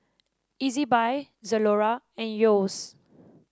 Ezbuy Zalora and Yeo's